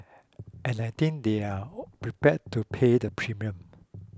and I think they're prepared to pay the premium